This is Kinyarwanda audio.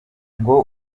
ngo